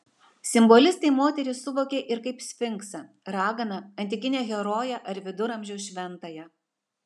simbolistai moterį suvokė ir kaip sfinksą raganą antikinę heroję ar viduramžių šventąją